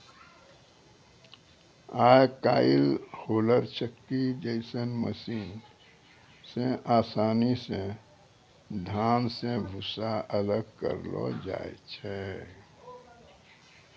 आय काइल होलर चक्की जैसन मशीन से आसानी से धान रो भूसा अलग करलो जाय छै